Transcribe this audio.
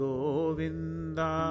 Govinda